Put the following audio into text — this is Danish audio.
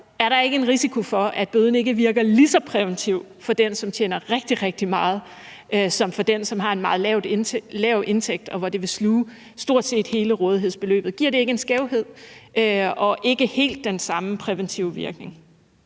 er der ikke en risiko for, at bøden ikke virker lige så præventivt for den, som tjener rigtig, rigtig meget, som det gør for den, som har en meget lav indtægt, og hvor det vil sluge stort set hele rådighedsbeløbet? Giver det ikke en skævhed og ikke helt den samme præventive virkning?